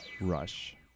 Rush